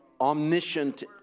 omniscient